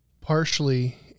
partially